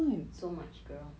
so much girl